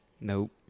Nope